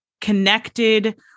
connected